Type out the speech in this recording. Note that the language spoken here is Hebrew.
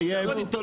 העיקרית?